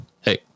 hey